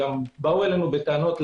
באו אלינו בטענות,